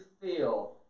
feel